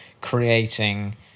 creating